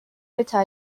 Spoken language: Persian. درجه